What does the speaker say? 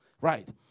Right